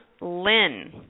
Lynn